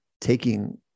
taking